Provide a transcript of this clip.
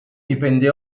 dipende